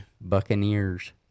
Buccaneers